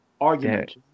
argument